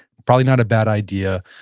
probably not a bad idea.